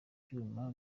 byuma